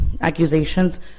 accusations